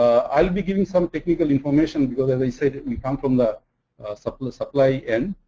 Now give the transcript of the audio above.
i'll be giving some technical information because as i say, we come from the supply the supply end.